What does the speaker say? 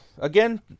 again